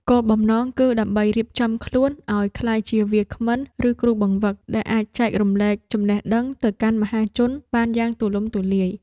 គោលបំណងគឺដើម្បីរៀបចំខ្លួនឱ្យក្លាយជាវាគ្មិន ឬគ្រូបង្វឹក ដែលអាចចែករំលែកចំណេះដឹងទៅកាន់មហាជនបានយ៉ាងទូលំទូលាយ។